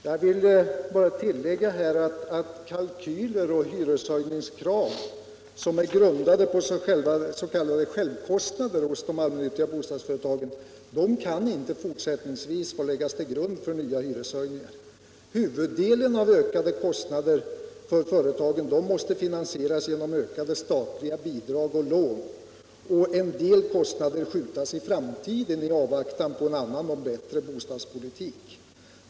Herr talman! Jag vill bara tillägga att kalkyler och hyreshöjningskrav som är grundade på s.k. självkostnader hos de allmännyttiga bostadsföretagen inte fortsättningsvis kan få läggas till grund för nya hyreshöjningar. Huvuddelen av ökade kostnader för företagen måste finansieras genom höjda statsbidrag och lån och en del av kostnaderna skjutas på framtiden i avvaktan på en annan och bättre bostadspolitik.